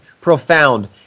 profound